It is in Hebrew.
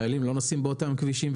חיילים לא נוסעים באותם כבישים,